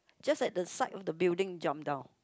just at the side of the building jump down